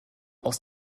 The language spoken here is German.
aus